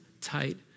tight